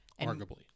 arguably